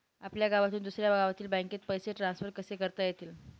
आपल्या गावातून दुसऱ्या गावातील बँकेत पैसे ट्रान्सफर कसे करता येतील?